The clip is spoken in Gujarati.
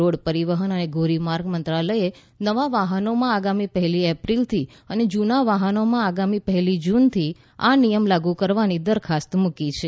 રોડ પરિવહન અને ધોરીમાર્ગ મંત્રાલયે નવા વાહનોમાં આગામી પહેલી એપ્રિલથી અને જૂના વાહનોમાં આગામી પહેલી જૂનથી આ નિયમ લાગુ કરવાની દરખાસ્ત મુકી છે